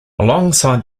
alongside